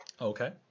Okay